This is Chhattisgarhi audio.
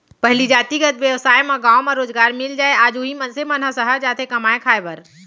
पहिली जातिगत बेवसाय म गाँव म रोजगार मिल जाय आज उही मनसे मन ह सहर जाथे कमाए खाए बर